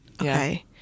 okay